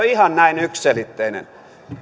ihan näin yksiselitteinen